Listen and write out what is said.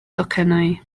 docynnau